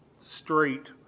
Straight